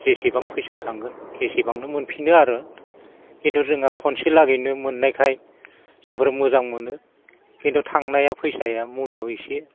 जेसेबां फैसा थांगोन एसेबांनो मोनफिनो आरो खिन्थु जोंहा खनसेलागैनो मोननायखाय जोंफोर मोजां मोनो खिन्थु थांनाया फैसाया मुलिआव एसे